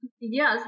yes